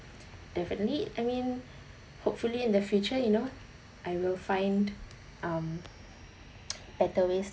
definitely I mean hopefully in the future you know I will find um better ways